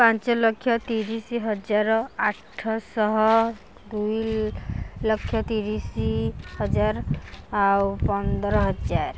ପାଞ୍ଚ ଲକ୍ଷ ତିରିଶି ହଜାର ଆଠ ଶହ ଦୁଇ ଲକ୍ଷ ତିରିଶି ହଜାର ଆଉ ପନ୍ଦର ହଜାର